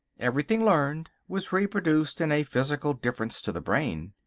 everything learned was reproduced in a physical difference to the brain.